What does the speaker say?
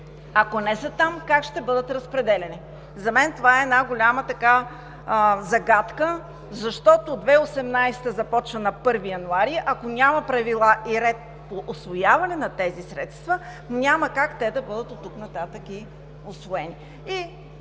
Ако не са там, как ще бъдат разпределяни? За мен това е една голяма загадка, защото 2018 г. започва на 1 януари, а ако няма правила и ред по усвояване на тези средства, няма как те да бъдат оттук нататък усвоени.